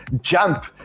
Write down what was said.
jump